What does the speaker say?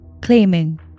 claiming